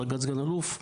דרגת סא"ל,